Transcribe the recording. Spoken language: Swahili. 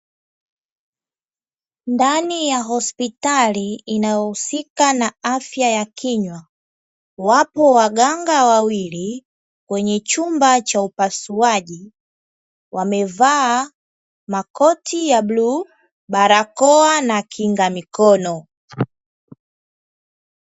Ndani ya hospitali inaohusika na afya ya kinywa wapo waganga wawili, kwenye chumba cha upasuaji wamevaa makoti ya bluu, barakoa na kinga mikono.